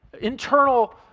internal